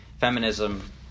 Feminism